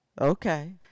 okay